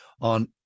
on